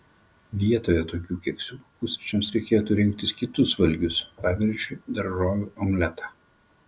vietoje tokių keksiukų pusryčiams reikėtų rinktis kitus valgius pavyzdžiui daržovių omletą